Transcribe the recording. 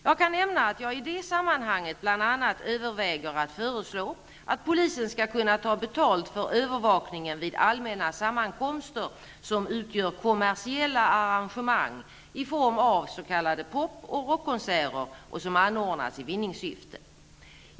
Jag kan nämna att jag i det sammanhanget bl.a. överväger att föreslå att polisen skall kunna ta betalt för övervakningen vid allmänna sammankomster som utgör kommersiella arrangemang i form av s.k. pop och rockkonserter som anordnas i vinningssyfte.